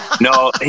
No